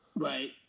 Right